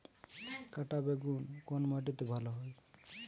কাঁটা বেগুন কোন মাটিতে ভালো হয়?